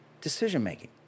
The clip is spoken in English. decision-making